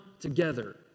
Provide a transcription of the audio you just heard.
together